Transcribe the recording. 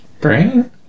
brain